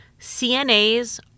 CNAs